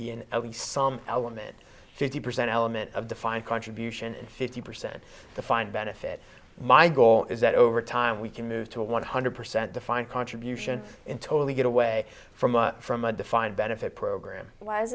least some element fifty percent element of defined contribution and fifty percent defined benefit my goal is that over time we can move to a one hundred percent defined contribution and totally get away from a from a defined benefit program